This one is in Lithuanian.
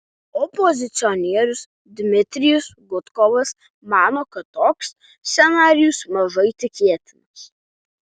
opozicionierius dmitrijus gudkovas mano kad toks scenarijus mažai tikėtinas